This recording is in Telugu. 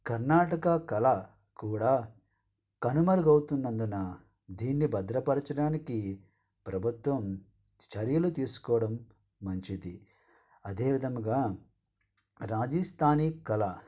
కర్ణాటక కళ కూడా కనుమరుగవుతున్నందున దీన్ని భద్రపరచడానికి ప్రభుత్వం చర్యలు తీసుకోవడం మంచిది అదేవిధముగా రాజస్థానీ కళ